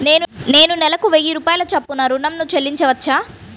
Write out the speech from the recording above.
నేను నెలకు వెయ్యి రూపాయల చొప్పున ఋణం ను చెల్లించవచ్చా?